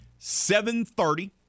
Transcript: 7:30